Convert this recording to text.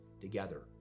together